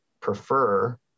prefer